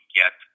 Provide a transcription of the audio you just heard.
get